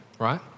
right